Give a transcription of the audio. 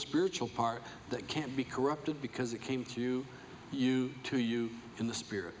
spiritual part that can't be corrupted because it came to you you to you in the spirit